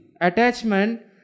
attachment